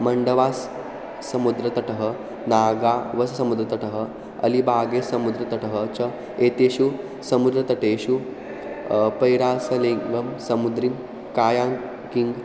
मण्डवास् समुद्रतटः नागावससमुद्रतटः अलिबागे समुद्रतटः च एतेषु समुद्रतटेषु पैरासलेग्मं समुद्रिं कायाङ्ग् किङ्ग्